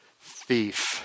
thief